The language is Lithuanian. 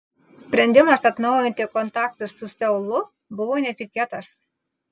sprendimas atnaujinti kontaktus su seulu buvo netikėtas